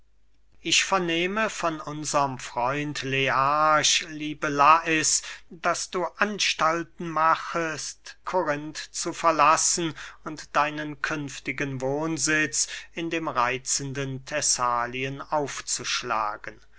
ich vernehme von unserm freund learch liebe lais daß du anstalten machest korinth zu verlassen und deinen künftigen wohnsitz in dem reitzenden thessalien aufzuschlagen